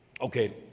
Okay